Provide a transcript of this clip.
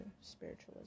spiritualism